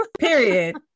period